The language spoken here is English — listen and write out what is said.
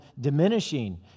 diminishing